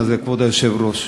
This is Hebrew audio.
כבוד היושב-ראש: